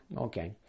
Okay